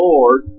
Lord